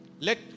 Let